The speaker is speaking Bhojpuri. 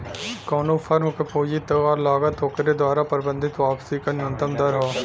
कउनो फर्म क पूंजी क लागत ओकरे द्वारा प्रबंधित वापसी क न्यूनतम दर हौ